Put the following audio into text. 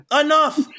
Enough